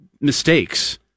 mistakes